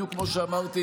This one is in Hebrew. בדיוק כמו שאמרתי,